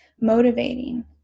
motivating